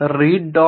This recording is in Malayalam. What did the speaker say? read